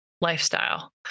lifestyle